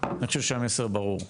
אני חושב שהמסר ברור.